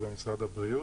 זה משרד הבריאות,